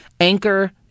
Anchor